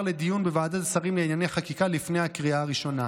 לדיון בוועדת השרים לענייני חקיקה לפני הקריאה הראשונה.